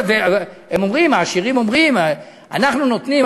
העשירים אומרים: אנחנו נותנים,